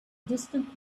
distant